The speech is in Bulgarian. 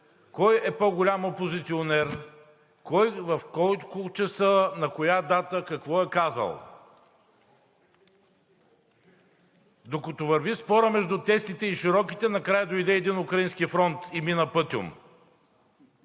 кой е по-голям опозиционер, кой в колко часа, на коя дата какво е казал. Докато върви спорът между тесните и широките, накрая дойде един украински фронт и мина пътьом.